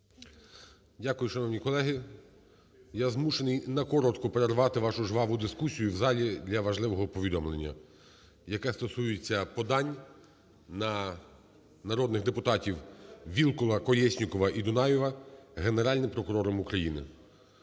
Дякую, шановні колеги. Я змушений на коротко перервати вашу жваву дискусію в залі для важливого повідомлення, яке стосується подань на народних депутатівВілкула, Колєснікова і Дунаєва Генеральним прокурором України.